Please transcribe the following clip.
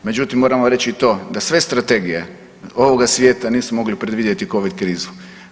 Međutim, moram vam reći i to da sve strategije ovoga svijeta nisu mogle predvidjeti Covid krizu.